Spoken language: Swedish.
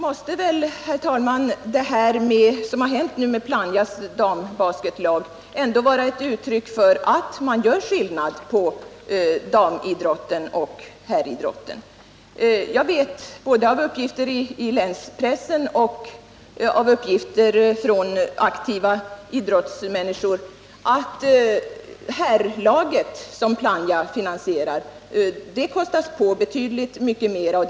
Herr talman! Nog måste väl det som har hänt med Plannja Baskets damlag ändå vara ett uttryck för att man gör skillnad mellan damoch herridrotten. Genom uppgifter i länspressen och genom uppgifter från aktiva idrottsmänniskor känner jag till att Plannja Baskets herrlag kostas på betydligt mer än damlaget.